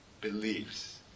beliefs